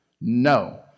No